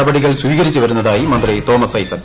നടപടികൾ സ്വീകരിച്ചു വരുന്നതായി ധനമന്ത്രി തോമസ് ഐസക്